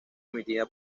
emitida